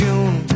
June